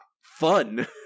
fun